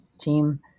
team